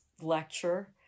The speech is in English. lecture